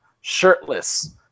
shirtless